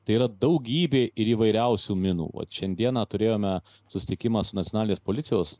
tai yra daugybė ir įvairiausių minų vat šiandieną turėjome susitikimą su nacionalinės policijos